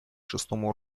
шестому